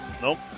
Nope